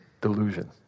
delusion